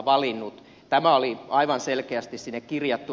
tämä oli aivan selkeästi sinne kirjattu